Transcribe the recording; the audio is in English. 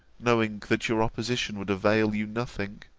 knowing that your opposition would avail you nothing,